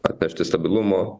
atnešti stabilumo